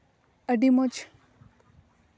ᱟᱹᱰᱤ ᱢᱚᱡᱽ